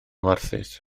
warthus